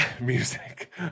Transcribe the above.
music